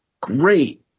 great